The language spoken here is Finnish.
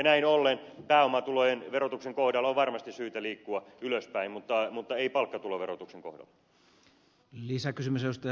näin ollen pääomatulojen verotuksen kohdalla on varmasti syytä liikkua ylöspäin mutta ei palkkatuloverotuksen kohdalla